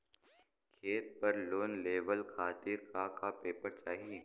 खेत पर लोन लेवल खातिर का का पेपर चाही?